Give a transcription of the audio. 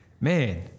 Man